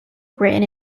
written